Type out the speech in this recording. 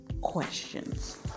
questions